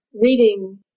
reading